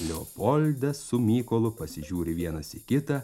leopoldas su mykolu pasižiūri vienas į kitą